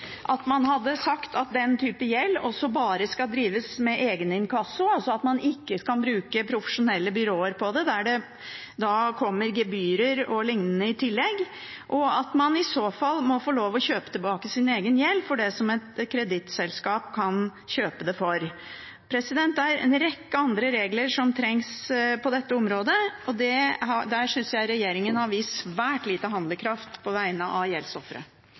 at man hadde sagt at den typen gjeld bare skal inndrives med egeninkasso, altså at man ikke kan bruke profesjonelle byråer til det – da kommer gebyr og liknende i tillegg – og at man i så fall må få lov til å kjøpe tilbake sin egen gjeld for det som et kredittselskap kan kjøpe den for. Det trengs en rekke andre regler på dette området. Jeg synes regjeringen har vist svært lite handlekraft på vegne av